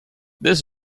this